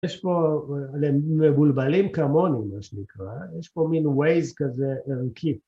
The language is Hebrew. יש פה מבולבלים כמוני, מה שנקרא, יש פה מין וייז כזה ערכי.